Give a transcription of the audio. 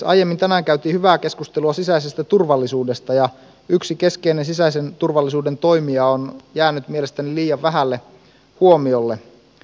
aiemmin tänään käytiin hyvää keskustelua sisäisestä turvallisuudesta ja yksi keskeinen sisäisen turvallisuuden toimija on jäänyt mielestäni liian vähälle huomiolle